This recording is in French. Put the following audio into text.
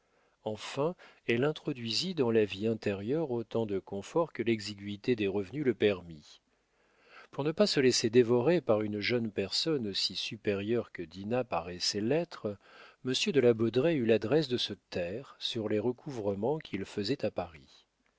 enfin elle introduisit dans la vie intérieure autant de comfort que l'exiguïté des revenus le permit pour ne pas se laisser dévorer par une jeune personne aussi supérieure que dinah paraissait l'être monsieur de la baudraye eut l'adresse de se taire sur les recouvrements qu'il faisait à paris